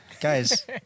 guys